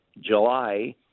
July